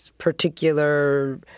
particular